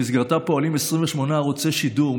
במסגרתה פועלים 28 ערוצי שידור,